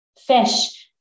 fish